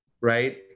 right